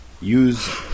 Use